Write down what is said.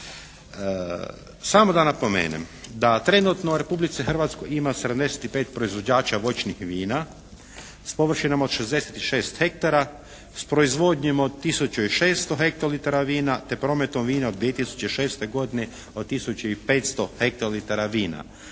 Samo da napomenem da trenutno u Republici Hrvatskoj ima 75 proizvođača voćnih vina s površinama od 66 hektara, s proizvodnjom od tisuću i 600 hektolitara vina te prometom vina od 2006. godine od tisuću i 500 hektolitara vina.